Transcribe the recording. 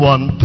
One